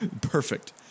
Perfect